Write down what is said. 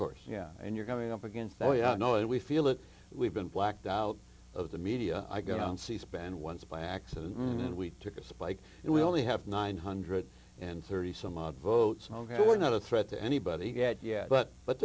course yeah and you're coming up against the oh yeah you know it we feel it we've been blacked out of the media i go on c span once by accident and we took a spike and we only have nine hundred and thirty some odd votes ok we're not a threat to anybody get yeah but but